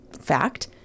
fact